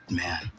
man